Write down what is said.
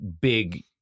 big